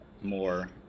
more